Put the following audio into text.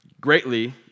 greatly